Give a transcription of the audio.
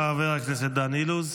חבר הכנסת דן אילוז,